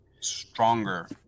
stronger